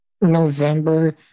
November